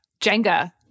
Jenga